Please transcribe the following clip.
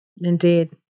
Indeed